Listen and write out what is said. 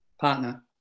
partner